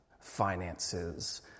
finances